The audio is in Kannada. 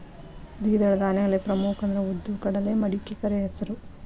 ದ್ವಿದಳ ಧಾನ್ಯಗಳಲ್ಲಿ ಪ್ರಮುಖ ಅಂದ್ರ ಉದ್ದು, ಕಡಲೆ, ಮಡಿಕೆ, ಕರೆಹೆಸರು